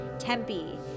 Tempe